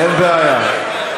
אין בעיה.